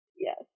Yes